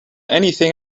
anything